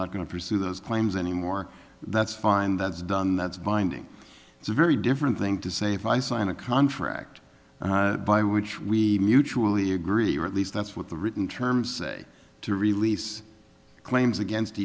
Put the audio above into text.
not going to pursue those claims anymore that's fine that's done that's binding it's a very deep one thing to say if i sign a contract by which we mutually agree or at least that's what the written terms say to release claims against